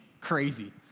crazy